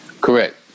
Correct